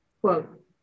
quote